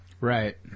Right